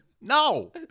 No